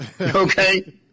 okay